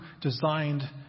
designed